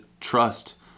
trust